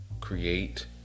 create